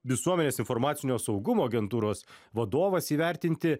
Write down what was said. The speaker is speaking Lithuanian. visuomenės informacinio saugumo agentūros vadovas įvertinti